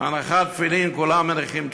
הנחת תפילין", כולם מניחים תפילין.